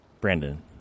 Brandon